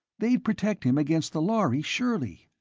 they'd protect him against the lhari, surely.